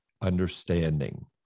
understanding